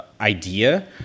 idea